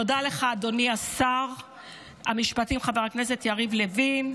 תודה לך, אדוני שר המשפטים וחבר הכנסת יריב לוין.